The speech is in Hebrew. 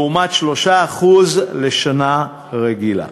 לעומת 3% לשנה רגילה.